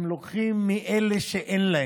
הם לוקחים מאלה שאין להם,